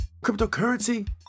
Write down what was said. Cryptocurrency